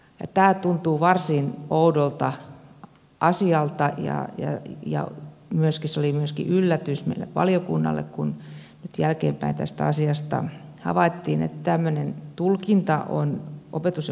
tämä tuntuu varsin oudolta asialta ja se oli myöskin yllätys meille valiokunnalle kun nyt jälkeenpäin tästä asiasta havaittiin että tämmöinen tulkinta on opetus ja kulttuuriministeriöllä